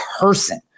person